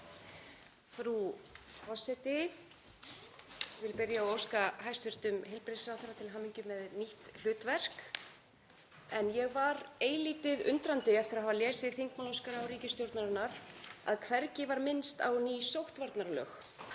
Frú forseti. Ég vil byrja á að óska hæstv. heilbrigðisráðherra til hamingju með nýtt hlutverk. En ég var eilítið undrandi eftir að hafa lesið þingmálaskrá ríkisstjórnarinnar að hvergi var minnst á ný sóttvarnalög,